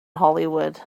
hollywood